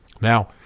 Now